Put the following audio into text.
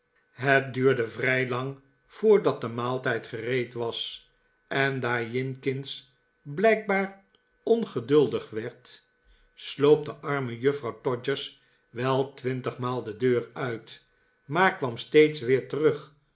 het duurde vrij lang voordat de maaltijd gereed was en daar jinkins blijkbaar ongeduldig werd sloop de arme juffrouw todgers wel twintigmaal de deur uit maar kwam steeds weer terug